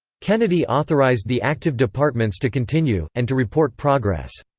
kennedy authorized the active departments to continue, and to report progress.